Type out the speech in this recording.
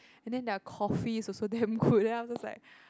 and then their coffee's also damn good and I'm just like